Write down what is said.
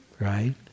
right